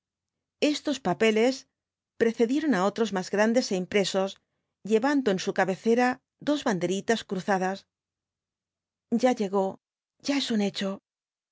estos papeles precedieron á otros más grandes é impresos llevando en su cabecera dos banderitas cruzadas ya llegó ya es un hecho